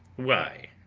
why,